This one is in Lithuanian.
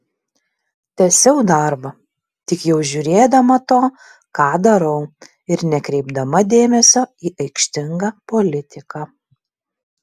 tęsiau darbą tik jau žiūrėdama to ką darau ir nekreipdama dėmesio į aikštingą politiką